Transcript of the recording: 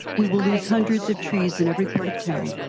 we will lose hundreds of trees in every part of town.